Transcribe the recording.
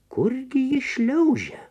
kurgi ji šliaužia